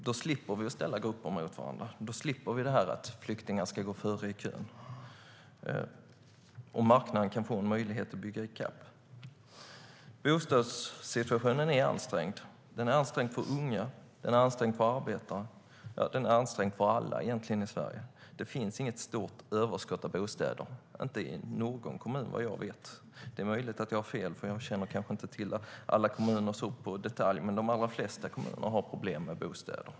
Då slipper vi ställa grupper mot varandra. Då slipper vi det här med att flyktingar ska gå före i kön. Och marknaden kan få en möjlighet att bygga i kapp. Bostadssituationen är ansträngd. Den är ansträngd för unga. Den är ansträngd för arbetare. Den är egentligen ansträngd för alla i Sverige. Det finns inget stort överskott av bostäder i någon kommun, vad jag vet. Det är möjligt att jag har fel, för jag känner kanske inte till alla kommuner i detalj. Men de allra flesta kommuner har problem med bostäder.